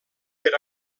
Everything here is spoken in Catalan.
per